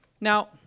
Now